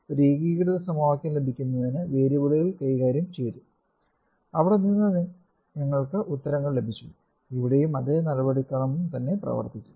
ഒരു ഏകീകൃത സമവാക്യം ലഭിക്കുന്നതിന് വേരിയബിളുകൾ കൈകാര്യം ചെയ്തു അവിടെ നിന്ന് ഞങ്ങൾക്ക് ഉത്തരങ്ങൾ ലഭിച്ചു ഇവിടെയും അതേ നടപടിക്രമം തന്നെ പ്രവർത്തിക്കും